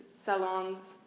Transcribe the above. salons